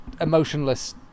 emotionless